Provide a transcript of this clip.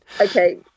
Okay